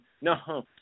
No